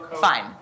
fine